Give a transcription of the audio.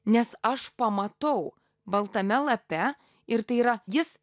nes aš pamatau baltame lape ir tai yra jis